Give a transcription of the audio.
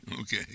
Okay